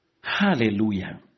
Hallelujah